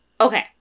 Okay